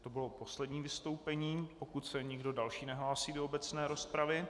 To bylo poslední vystoupení, pokud se nikdo další nehlásí do obecné rozpravy.